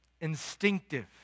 instinctive